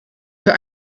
für